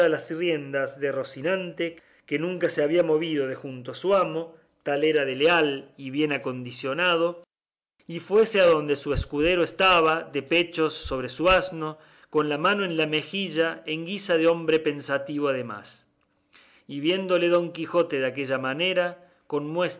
las riendas de rocinante que nunca se había movido de junto a su amo tal era de leal y bien acondicionado y fuese adonde su escudero estaba de pechos sobre su asno con la mano en la mejilla en guisa de hombre pensativo además y viéndole don quijote de aquella manera con